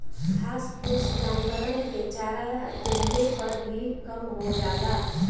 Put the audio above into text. घास फूस जानवरन के चरा देहले पर भी कम हो जाला